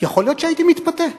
יכול להיות שהייתי מתפתה.